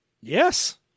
Yes